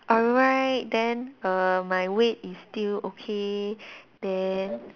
alright then err my weight is still okay then